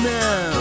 now